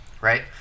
right